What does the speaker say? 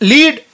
Lead